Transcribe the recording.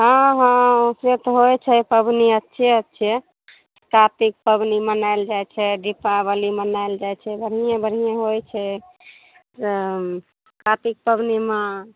हँ हँ से तऽ होइ छै पाबनि अच्छे अच्छे कातिक पाबनि मनायल जाइ छै दीपाबली मनायल जाइ छै बढ़िएँ बढ़िएँ होइ छै कातिक पाबनिमे